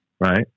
right